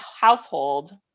household